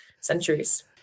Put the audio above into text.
centuries